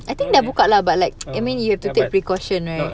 ya but not